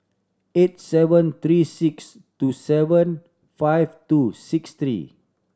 eight seven three six two seven five two six three